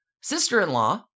sister-in-law